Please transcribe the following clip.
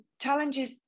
challenges